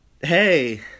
hey